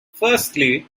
firstly